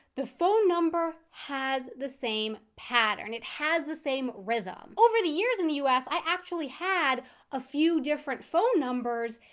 the phone number has the same pattern. it has the same rhythm. over the years in the u s. i actually had a few different phone numbers,